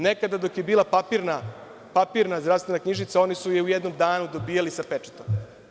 Nekada dok je bila papirna zdravstvena knjižica oni su je u jednom danu dobijali sa pečatom.